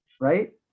right